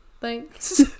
Thanks